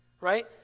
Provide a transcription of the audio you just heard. Right